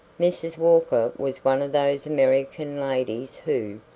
mrs. walker was one of those american ladies who,